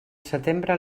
setembre